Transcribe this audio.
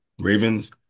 ravens